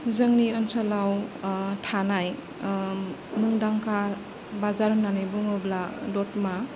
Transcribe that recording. जोंनि ओनसोलाव थानाय मुंदांखा बाजार होननानै बुङोब्ला दतमा